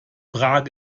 prag